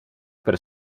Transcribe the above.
per